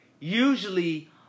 Usually